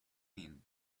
mean